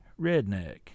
redneck